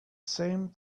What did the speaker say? same